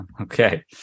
Okay